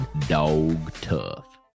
dog-tough